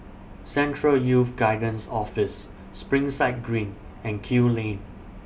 Central Youth Guidance Office Springside Green and Kew Lane